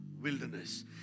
wilderness